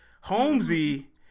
Holmesy